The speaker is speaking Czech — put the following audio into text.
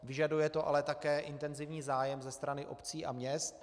Vyžaduje to ale také intenzivní zájem ze strany obcí a měst.